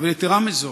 אבל יתרה מזאת,